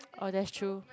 oh that's true